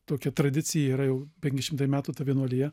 tokia tradicija yra jau penki šimtai metų ta vienuolija